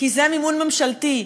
כי זה מימון ממשלתי,